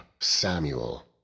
Samuel